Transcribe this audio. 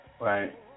right